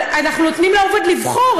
אבל אנחנו נותנים לעובד לבחור,